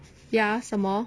ya 什么